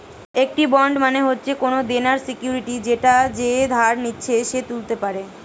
একটি বন্ড মানে হচ্ছে কোনো দেনার সিকিউরিটি যেটা যে ধার নিচ্ছে সে তুলতে পারে